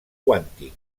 quàntic